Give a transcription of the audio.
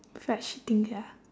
feel like shitting sia